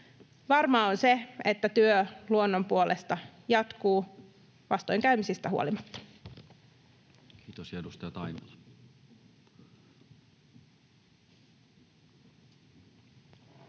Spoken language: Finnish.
Varmaa on se, että työ luonnon puolesta jatkuu, vastoinkäymisistä huolimatta. Kiitos. — Ja edustaja Taimela.